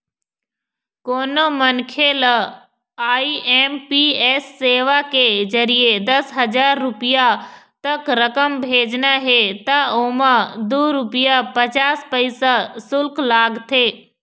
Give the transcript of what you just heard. कोनो मनखे ल आई.एम.पी.एस सेवा के जरिए दस हजार रूपिया तक रकम भेजना हे त ओमा दू रूपिया पचास पइसा सुल्क लागथे